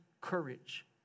courage